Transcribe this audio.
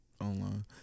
online